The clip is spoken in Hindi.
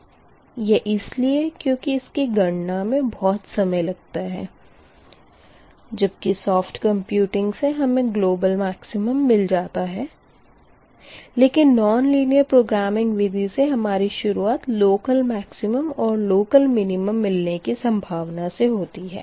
यह इसलिए क्यूँकि इसकी गणना में बहुत समय लगता है जबकि सॉफ़्ट कंप्यूटिंग से हमें ग्लोबल मैक्सिमम मिल जाता है लेकिन नोन लेनियर प्रोग्रामिंग विधि से हमारी शुरुआत लोकल मैक्सिमम और लोकल मिनिमम मिलने की सम्भावना से होती है